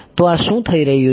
તો આ શું થઈ રહ્યું છે